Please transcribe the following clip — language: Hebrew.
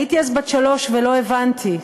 הייתי אז בת שלוש ולא הבנתי.